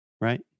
right